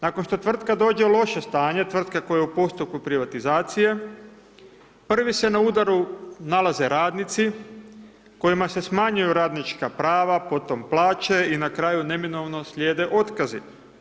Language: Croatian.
Nakon što tvrtka dođe u loše stanje, tvrtka koja je u postupku privatizacije, prvi se na udaru nalaze radnici kojima se smanjuju radnička prava, potom plaće i na kraju neminovno slijede otkazi.